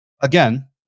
again